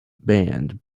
band